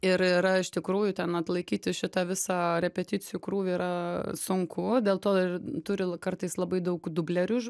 ir ir iš tikrųjų ten atlaikyti šitą visą repeticijų krūvį yra sunku dėl to ir turi l kartais labai daug dublerius ž